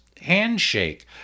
handshake